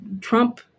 Trump